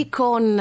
con